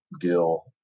Gill